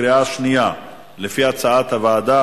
בקריאה שנייה לפי הצעת הוועדה,